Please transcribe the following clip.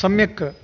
सम्यक्